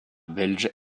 belge